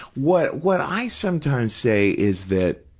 what what i sometimes say is that,